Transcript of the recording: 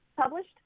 published